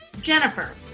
Jennifer